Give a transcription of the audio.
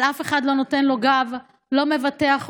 אבל אף אחד לא נותן לו גב, לא מבטח אותם,